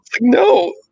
no